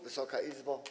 Wysoka Izbo!